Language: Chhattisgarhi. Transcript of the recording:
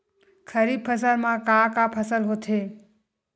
खरीफ फसल मा का का फसल होथे?